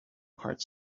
part